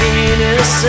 Venus